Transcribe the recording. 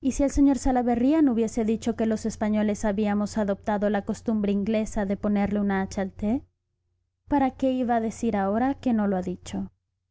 y si el sr salaverría no hubiese dicho que los españoles habíamos adoptado la costumbre inglesa de ponerle una hache al te para qué iba a decir ahora que no lo había dicho